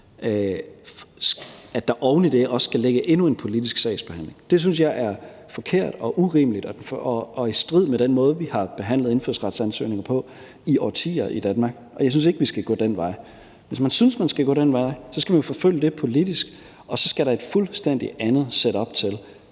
oven i det også skal ligge endnu en politisk sagsbehandling. Det synes jeg er forkert og urimeligt og i strid med den måde, vi har behandlet indfødsretsansøgninger på i årtier i Danmark. Jeg synes ikke, at vi skal gå den vej. Hvis man synes, at man skal gå den vej, skal man jo forfølge det politisk, og så skal der et fuldstændig andet setup til.